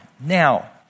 Now